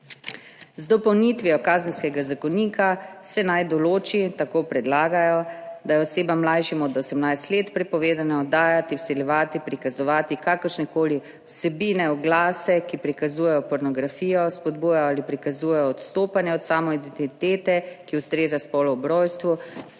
Z dopolnitvijo Kazenskega zakonika se naj določi, tako predlagajo, da je osebam, mlajšim od 18 let, prepovedano dajati, vsiljevati, prikazovati kakršnekoli vsebine, oglase, ki prikazujejo pornografijo, spodbujajo ali prikazujejo odstopanja od samoidentitete, ki ustreza spolu ob rojstvu, spremembo